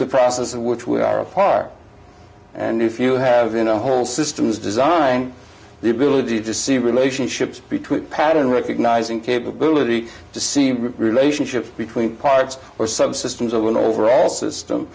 the process in which we are a far and if you have in a whole systems design the ability to see relationships between pattern recognizing capability to see relationships between parts or subsystems of when the overall system